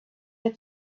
had